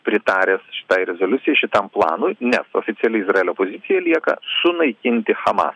pritaręs šitai rezoliucijai šitam planui nes oficiali izraelio pozicija lieka sunaikinti hamas